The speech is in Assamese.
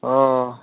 অঁ অঁ